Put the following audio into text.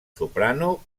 soprano